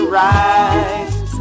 rise